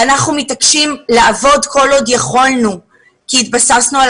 אנחנו מתעקשים לעבוד כל עוד יכולנו כי התבססנו על